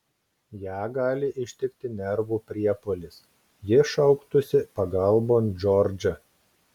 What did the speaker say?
ją gali ištikti nervų priepuolis ji šauktųsi pagalbon džordžą